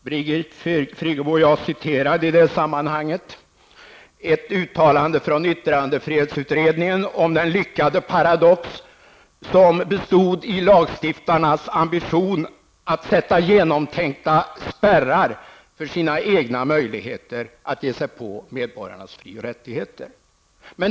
Birgit Friggebo och jag citerade i det sammanhanget ett uttalande från yttrandefrihetsutredningen om den lyckade paradox som bestod i lagstiftarnas ambition att sätta genomtänkta spärrar för sina egna möjligheter att ge sig på medborgarnas fri och rättigheter.